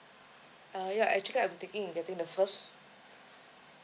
uh ya actually I'm thinking in getting the first